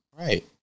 Right